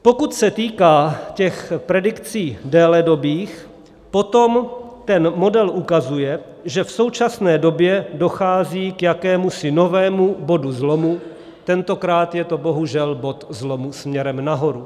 Pokud se týká těch predikci déledobých, potom ten model ukazuje, že v současné době dochází k jakémusi novému bodu zlomu, tentokrát je to bohužel bod zlomu směrem nahoru.